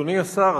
אדוני השר,